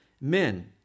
men